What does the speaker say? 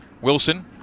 Wilson